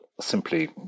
simply